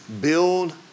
build